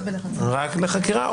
רק לחקירה,